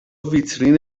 ویترین